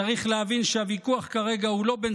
"צריך להבין שהוויכוח כרגע הוא לא בין